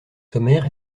sommaire